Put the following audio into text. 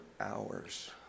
hours